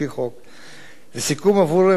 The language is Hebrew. עבור מרבית האסירים לא יחול כל שינוי